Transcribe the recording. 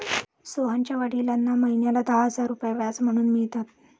सोहनच्या वडिलांना महिन्याला दहा हजार रुपये व्याज म्हणून मिळतात